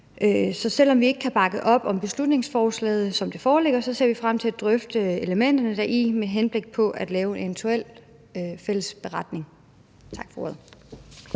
Så selv om vi ikke kan bakke op om beslutningsforslaget, som det foreligger, så ser vi frem til at drøfte elementerne deri med henblik på at lave en eventuel fælles beretning. Tak for ordet.